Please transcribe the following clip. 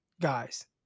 guys